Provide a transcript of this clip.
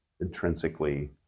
intrinsically